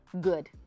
good